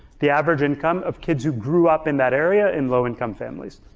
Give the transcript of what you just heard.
the average income of kids who grew up in that area in low income families.